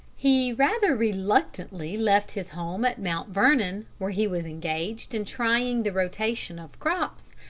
he rather reluctantly left his home at mount vernon, where he was engaged in trying the rotation of crops,